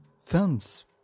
films